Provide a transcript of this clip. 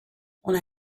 when